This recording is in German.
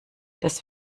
das